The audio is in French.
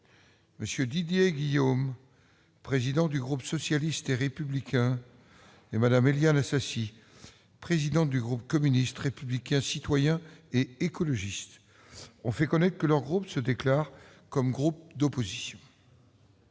M. Didier Guillaume, président du groupe socialiste et républicain, et Mme Éliane Assassi, présidente du groupe communiste républicain citoyen et écologiste, ont fait connaître que leurs groupes se déclarent comme groupes d'opposition.